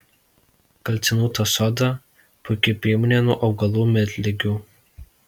kalcinuota soda puiki priemonė nuo augalų miltligių